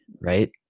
right